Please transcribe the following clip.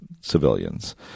civilians